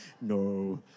No